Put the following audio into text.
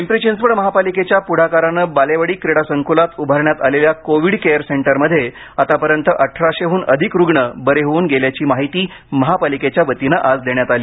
पिंपरी चिंचवड महापालिकेच्या पुढाकारानं बालेवाडी क्रीडा संकुलात उभारण्यात आलेल्या कोविड केअर सेंटरमध्ये आत्तापर्यंत अठराशेहन अधिक रुग्ण बरे होऊन गेल्याची माहिती महापालिकेच्यावतीने आज देण्यात आली